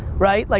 right? like